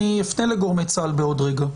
אני אפנה לגורמי צה"ל בעוד רגע,